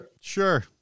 Sure